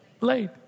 Late